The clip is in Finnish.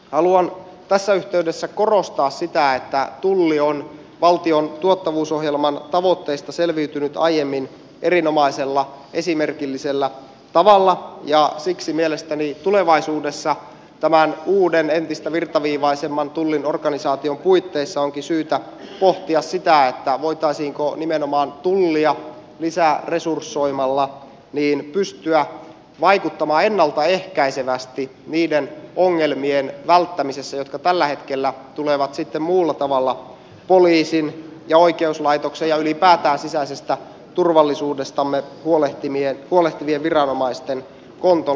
haluan tässä yhteydessä korostaa sitä että tulli on valtion tuottavuusohjelman tavoitteista selviytynyt aiemmin erinomaisella esimerkillisellä tavalla ja siksi mielestäni tulevaisuudessa tämän uuden entistä virtaviivaisemman tullin organisaation puitteissa onkin syytä pohtia sitä voitaisiinko nimenomaan tullia lisäresursoimalla pystyä vaikuttamaan ennalta ehkäisevästi niiden ongelmien välttämisessä jotka tällä hetkellä tulevat muulla tavalla poliisin ja oikeuslaitoksen ja ylipäätään sisäisestä turvallisuudestamme huolehtivien viranomaisten kontolle